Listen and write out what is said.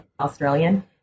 Australian